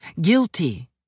Guilty